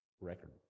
record